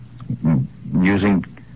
using